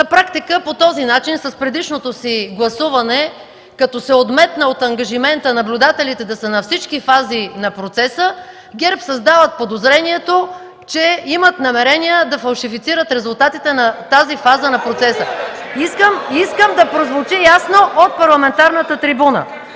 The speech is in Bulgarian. На практика по този начин с предишното си гласуване, като се отметна от ангажимента наблюдателите да са на всички фази на процеса, ГЕРБ създават подозрението, че имат намерение да фалшифицират резултатите на тази фаза на процеса. (Силен шум и възгласи: